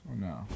no